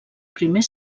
primer